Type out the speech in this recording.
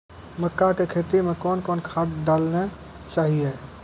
मक्का के खेती मे कौन कौन खाद डालने चाहिए?